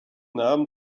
namen